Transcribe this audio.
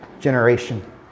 generation